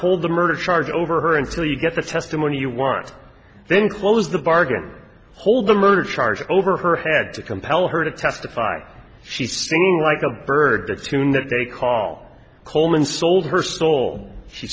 hold the murder charge over her until you get the testimony you want then close the bargain hold the murder charge over her head to compel her to testify she's like a bird that's human that they call coleman sold her soul she